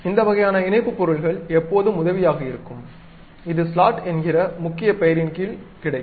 இந்த வகையான இணைப்புப் பொருள்கள் எப்போதும் உதவியாக இருக்கும் இது ஸ்லாட் என்கிற முக்கிய பெயரின் கீழ் கிடைக்கும்